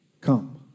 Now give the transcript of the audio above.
Come